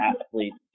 athletes